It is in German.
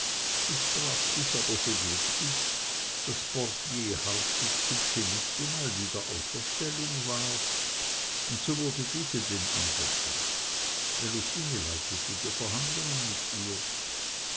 es traf sich aber so glücklich daß portier hartwigs hübsche nichte mal wieder außer stellung war und so wurde diese denn engagiert melusine leitete die verhandlungen mit ihr